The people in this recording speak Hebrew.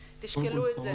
אז תשקלו את זה.